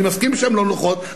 אני מסכים שהן לא נוחות.